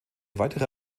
weitere